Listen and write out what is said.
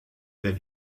then